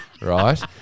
right